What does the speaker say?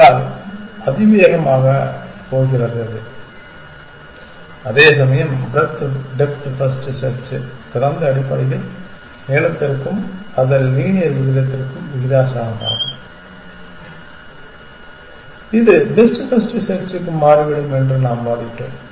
ஆகையால் அது அதிவேகமாகப் போகிறது அதேசமயம் ப்ரெத் டெப்த் ஃபர்ஸ்ட் செர்ச் திறந்த அடிப்படையில் நீளத்திற்கும் அதன் லீனியர் விகிதத்திற்கும் விகிதாசாரமாகும் இது பெஸ்ட் ஃபர்ஸ்ட் செர்ச்சுக்கு மாறிவிடும் என்று நாம் வாதிட்டோம்